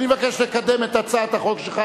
אני מבקש לקדם את הצעת החוק שלך.